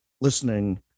listening